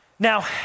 Now